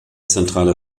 zentrale